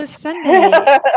Sunday